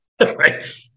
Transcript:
right